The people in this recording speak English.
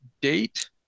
Date